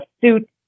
suit